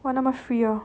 !wah! 那么 free orh